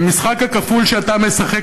המשחק הכפול שאתה משחק,